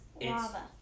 lava